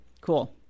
cool